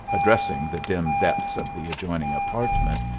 addressing the dim depths of the adjoining apartment,